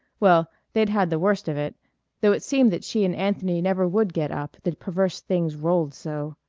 well, they'd had the worst of it though it seemed that she and anthony never would get up, the perverse things rolled so.